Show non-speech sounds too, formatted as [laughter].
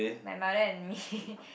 my mother and me [laughs]